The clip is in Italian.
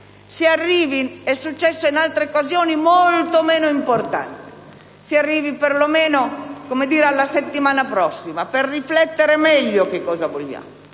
quanti (è successo in altre occasioni molto meno importanti): si arrivi per lo meno alla settimana prossima, per riflettere meglio su cosa vogliamo,